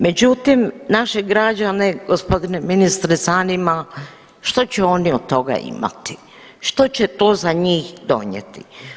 Međutim, naše građane g. ministre zanima što će oni od toga imati, što će to za njih donijeti?